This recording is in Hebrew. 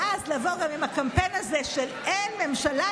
ואז לבוא גם עם הקמפיין הזה של: אין ממשלה,